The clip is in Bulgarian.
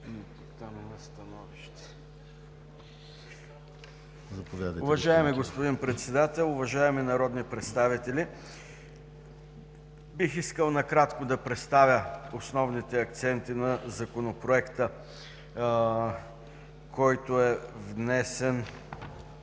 Уважаеми господин Председател, уважаеми народни представители! Бих искал накратко да представя основните акценти на Законопроекта, който е внесен